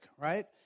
right